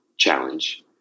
challenge